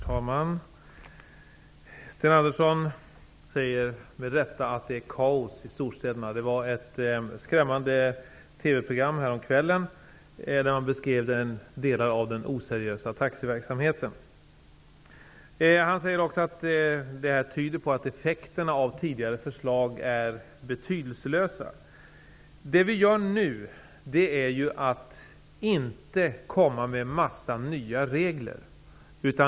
Herr talman! Sten Andersson i Malmö säger med rätta att det är kaos i storstäderna. I ett skrämmande TV-program som sändes häromkvällen beskrevs delar av den oseriösa taxiverksamheten. Sten Andersson säger också att detta tyder på att effekterna av tidigare förslag är betydelselösa. Det vi nu gör är att låta bli att komma med en massa nya regler.